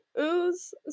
ooze